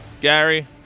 Gary